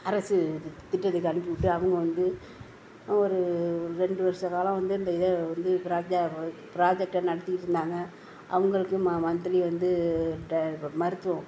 அரசு திட்டத்துக்கு அனுப்பிவிட்டு அவங்க வந்து ஒரு ஒரு ரெண்டு வருஷ காலம் வந்து அந்த இதை வந்து புராஜக்ட்டை நடத்திகிட்ருந்தாங்க அவங்களுக்கும் மன்த்லி வந்து மருத்துவம்